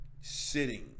sitting